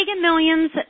millions